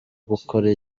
gukora